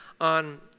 on